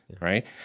right